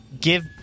Give